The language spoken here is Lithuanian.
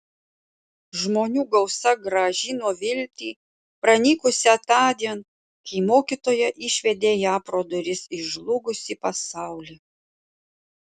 žmonių gausa grąžino viltį pranykusią tądien kai mokytoja išvedė ją pro duris į žlugusį pasaulį